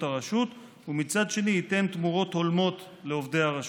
הרשות ומצד שני ייתן תמורות הולמות לעובדי הרשות.